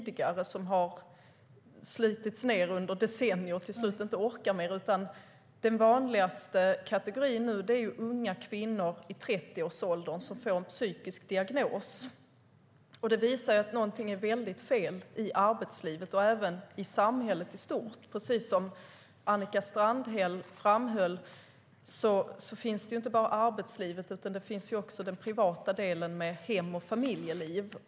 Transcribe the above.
De har slitits ned under decennier, och till slut orkar de inte mer. Den vanligaste kategorin nu är i stället unga kvinnor i 30-årsåldern som får en psykisk diagnos. Det visar att någonting är väldigt fel i arbetslivet och även i samhället i stort. Precis som Annika Strandhäll framhöll finns inte bara arbetslivet, utan även den privata delen med hem och familjeliv.